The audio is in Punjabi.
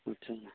ਅੱਛਾ